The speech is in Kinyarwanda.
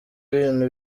ibintu